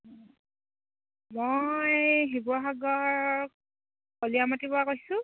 মই শিৱসাগৰ কলিয়ামাটিৰ পৰা কৈছোঁ